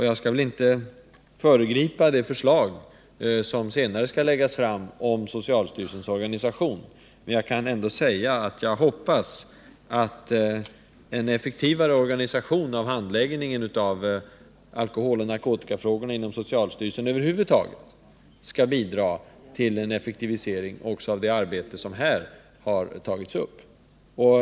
Jag skall inte föregripa det förslag som senare skall läggas fram om socialstyrelsens organisation, men jag hoppas att en effektivare organisation av handläggningen av alkoholoch narkotikafrågorna inom socialstyrelsen över huvud taget skall bidra till en effektivisering av det arbete som här har tagits upp.